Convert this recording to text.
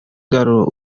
kiraro